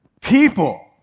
people